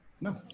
No